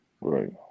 right